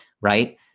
Right